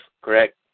correct